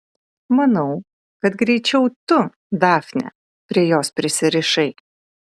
manau kad greičiau tu dafne prie jos prisirišai